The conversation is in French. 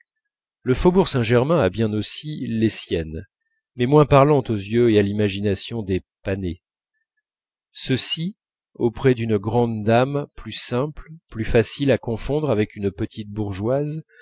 le faubourg saint-germain a bien aussi les siennes mais moins parlantes aux yeux et à l'imagination des pannés ceux-ci auprès d'une grande dame plus simple plus facile à confondre avec une petite bourgeoise